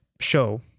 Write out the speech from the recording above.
show